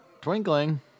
twinkling